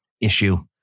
issue